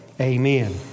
Amen